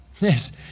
Yes